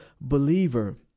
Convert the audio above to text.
believer